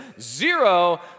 zero